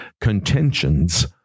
contentions